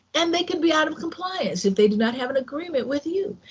and they could be out of compliance if they do not have an agreement with you.